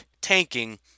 tanking